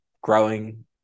growing